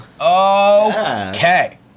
Okay